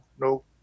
no